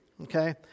okay